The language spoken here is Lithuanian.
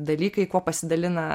dalykai kuo pasidalina